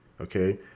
okay